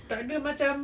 tak ada macam